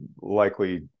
likely